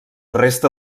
resta